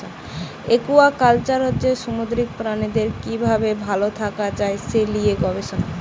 aquaculture হচ্ছে সামুদ্রিক প্রাণীদের কি ভাবে ভাল থাকা যায় সে লিয়ে গবেষণা